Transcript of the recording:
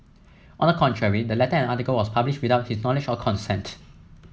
on the contrary the letter and article was published without his knowledge or consent